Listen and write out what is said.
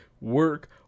work